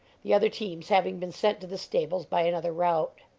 the other teams having been sent to the stables by another route.